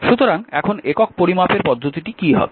সুতরাং এখন একক পরিমাপের পদ্ধতিটি কী হবে